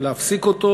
להפסיק אותו